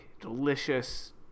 delicious